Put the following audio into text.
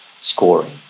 scoring